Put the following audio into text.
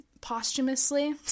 posthumously